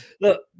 look